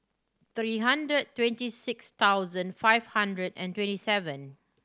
three hundred twenty six thousand five hundred and twenty seven